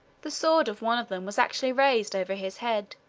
the sword of one of them was actually raised over his head,